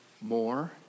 More